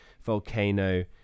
Volcano